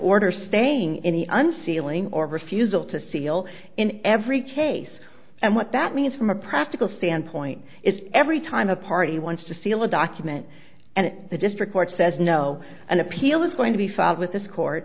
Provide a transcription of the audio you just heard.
order saying in the unsealing or refusal to seal in every case and what that means from a practical standpoint is every time a party wants to seal a document and the district court says no an appeal is going to be filed with this court